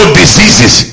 diseases